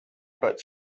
but